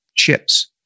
chips